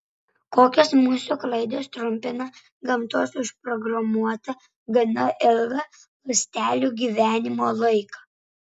kokios mūsų klaidos trumpina gamtos užprogramuotą gana ilgą ląstelių gyvenimo laiką